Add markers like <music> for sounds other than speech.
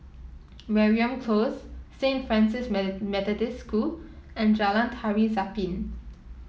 Mariam Close Saint Francis <unintelligible> Methodist School and Jalan Tari Zapin